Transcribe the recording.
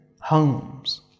homes